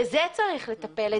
בזה צריך לטפל,